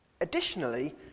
Additionally